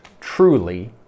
truly